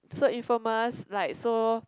so infamous like so